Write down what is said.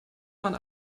waren